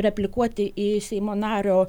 replikuoti į seimo nario